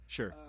Sure